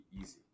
easy